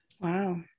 Wow